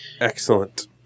Excellent